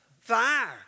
fire